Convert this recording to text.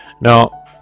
Now